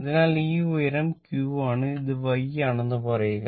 അതിനാൽ ഈ ഉയരം q ആണ് ഇത് y ആണെന്ന് പറയുക